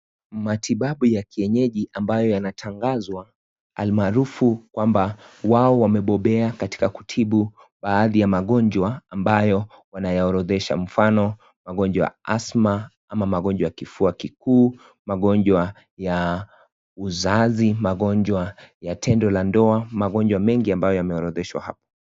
Matibabu ya kienyeji ambayo yanatangazwa, almarufu kwamba wao wamebobea katika kutibu baadhi ya magonjwa ambayo wanayoorodhesha; mfano:magonjwa (cs) asthma (cs), ama magonjwa kifua kikuu, magonjwa ya uzazi, magonjwa ya tendo la ndoa, magonjwa mengi ambayo yameorodheshwa hapa.